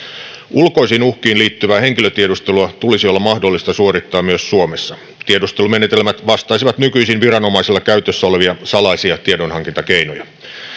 ulkoisiin uhkiin liittyvää henkilötiedustelua tulisi olla mahdollista suorittaa myös suomessa tiedustelumenetelmät vastaisivat nykyisin viranomaisilla käytössä olevia salaisia tiedonhankintakeinoja